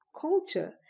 culture